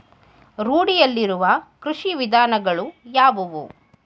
ರೂಢಿಯಲ್ಲಿರುವ ಕೃಷಿ ವಿಧಾನಗಳು ಯಾವುವು?